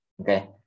okay